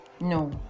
No